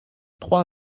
trois